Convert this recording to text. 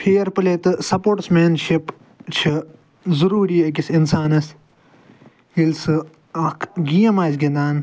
fair پٕلے تہٕ سَپوٹٕسمینشِپ چھِ ضٔروٗری أکِس اِنسانس ییٚلہِ سُہ اکھ گیم آسہِ گنٛدان